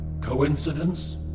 Coincidence